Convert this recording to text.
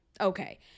okay